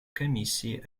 комиссии